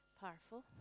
powerful